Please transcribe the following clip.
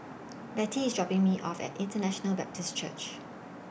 Bettye IS dropping Me off At International Baptist Church